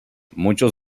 muchos